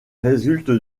résulte